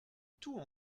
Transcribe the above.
tout